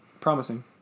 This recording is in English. promising